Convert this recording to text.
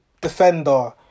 defender